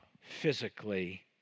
physically